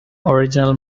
original